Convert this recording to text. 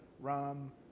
rum